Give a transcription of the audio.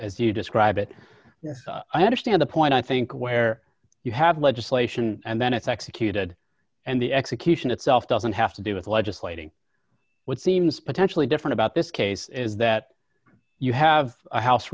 as you describe it yes i understand the point i think where you have legislation and then it's executed and the execution itself doesn't have to do with legislating what seems potentially different about this case is that you have a house